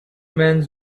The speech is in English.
mans